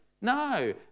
No